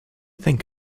think